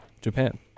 Japan